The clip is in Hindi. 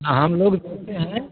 हाँ हम लोग जानते हैं